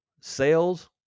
sales